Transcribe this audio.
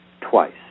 twice